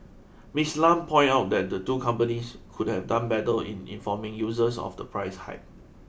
Ms Lam pointed out that the two companies could have done better in informing users of the price hike